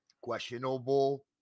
questionable